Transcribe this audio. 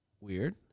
Weird